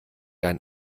ein